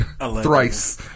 Thrice